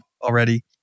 already